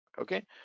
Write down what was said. okay